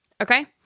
Okay